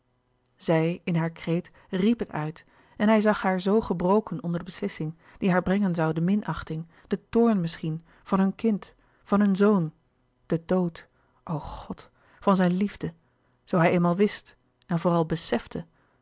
zij in haar kreet riep het uit en hij zag haar zoo gebroken onder de beslissing die haar brengen zoû de minachting den toorn misschien van hun kind van hun zoon den louis couperus de boeken der kleine zielen dood o god van zijn liefde zoo hij eenmaal wist en vooral besefte